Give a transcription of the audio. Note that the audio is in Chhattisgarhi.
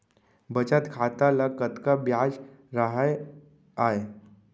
बचत खाता ल कतका ब्याज राहय आय?